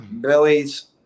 Billy's